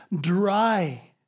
dry